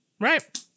Right